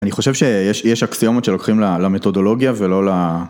אני חושב שיש אקסיומות שלוקחים למתודולוגיה ולא ל...